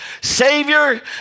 Savior